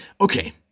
okay